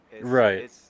right